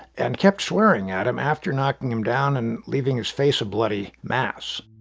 and kept swearing at him after knocking him down and leaving his face a bloody mass